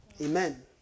Amen